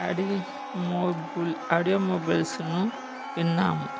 audio మొబైల్స్ను విన్నాము